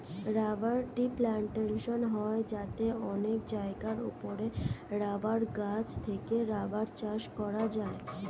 rubber tree plantation হয় যাতে অনেক জায়গার উপরে রাবার গাছ থেকে রাবার চাষ করা হয়